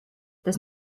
das